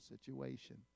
situation